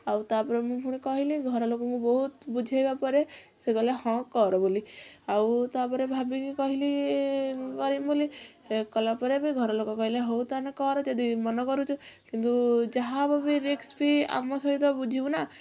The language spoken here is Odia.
ଆଉ ତାପରେ ମୁଁ ପୁଣି କହିଲି ଘରଲୋକଙ୍କୁ ବହୁତ ବୁଝେଇବା ପରେ ସେ କହିଲେ ହଁ କର ବୋଲି ଆଉ ତାପରେ ଭାବିକି କହିଲି କରିବି ବୋଲି ହେ କଲା ପରେ ବି ଘରଲୋକ କହିଲେ ହଉ ତାହେଲେ କର ଯଦି ମନ କରୁଛୁ କିନ୍ତୁ ଯାହା ହବ ବି ରିସ୍କ ବି ଆମ ସହିତ ବୁଝିବୁ ନା